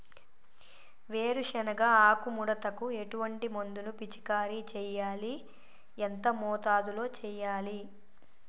వేరుశెనగ ఆకు ముడతకు ఎటువంటి మందును పిచికారీ చెయ్యాలి? ఎంత మోతాదులో చెయ్యాలి?